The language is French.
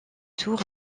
tour